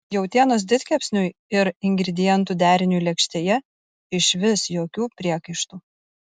jautienos didkepsniui ir ingredientų deriniui lėkštėje išvis jokių priekaištų